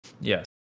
Yes